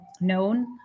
known